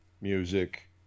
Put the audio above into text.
music